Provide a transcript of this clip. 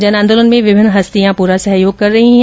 जन आंदोलन में विभिन्न हस्तियां भी पूरा सहयोग कर रही हैं